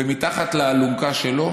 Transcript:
ומתחת לאלונקה שלו,